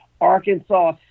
Arkansas